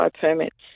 permits